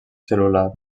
cel·lular